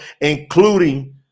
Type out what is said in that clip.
including